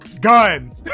gun